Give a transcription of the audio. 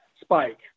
spike